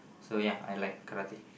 so ya I like karate